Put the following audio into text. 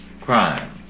crime